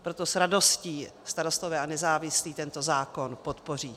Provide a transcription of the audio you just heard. Proto s radostí Starostové a nezávislí tento zákon podpoří.